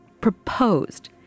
proposed